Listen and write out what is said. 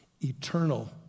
Eternal